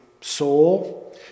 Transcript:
soul